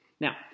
Now